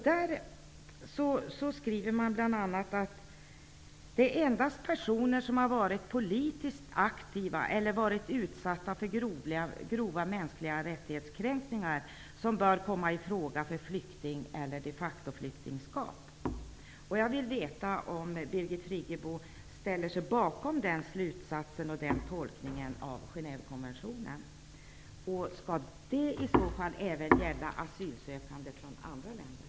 Där skriver man bl.a. att det endast är personer som har varit politiskt aktiva eller varit utsatta för grova kränkningar av de mänskliga rättigheterna som bör komma i fråga för flyktingskap eller de-facto-flyktingskap. Jag vill veta om Birgit Friggebo ställer sig bakom den slutsatsen och tolkningen av Genèvekonventionen. Skall det i så fall gälla asylsökande även från andra länder?